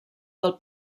pel